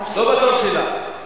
לא בתור שלה.